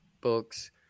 books